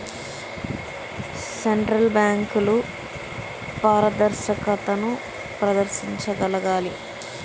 central బ్యాంకులు పారదర్శకతను ప్రదర్శించగలగాలి